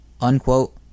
unquote